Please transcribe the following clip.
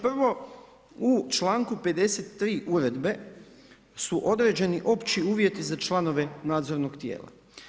Prvo, u članku 53. uredbe su određeni opći uvjeti za članove nadzornog tijela.